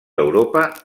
europa